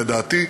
לדעתי,